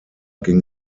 ging